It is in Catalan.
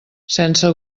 sense